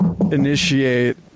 initiate